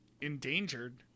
endangered